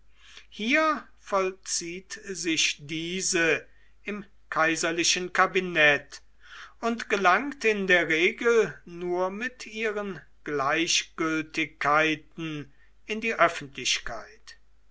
hier vollzieht sich diese im kaiserlichen kabinett und gelangt in der regel nur mit ihren gleichgültigkeiten in die öffentlichkeit